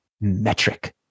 metric